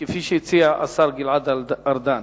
כפי שהציע השר גלעד ארדן.